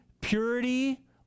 purity